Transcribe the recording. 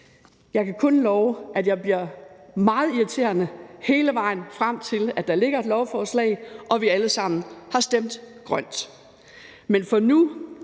Jeg kan kun love, at jeg bliver meget irriterende hele vejen frem til, at der ligger et lovforslag og vi alle sammen har stemt grønt.